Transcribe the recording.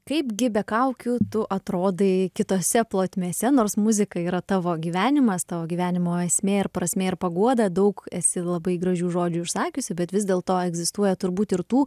kaipgi be kaukių tu atrodai kitose plotmėse nors muzika yra tavo gyvenimas tavo gyvenimo esmė ir prasmė ir paguoda daug esi labai gražių žodžių išsakiusi bet vis dėlto egzistuoja turbūt ir tų